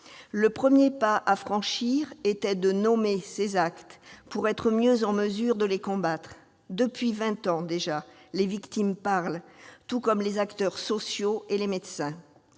Le premier pas à franchir était de nommer ces actes pour être mieux en mesure de les combattre. Depuis vingt ans déjà, les victimes parlent, tout comme les acteurs sociaux et les médecins.